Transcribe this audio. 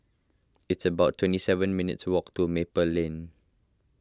it's about twenty seven minutes' walk to Maple Lane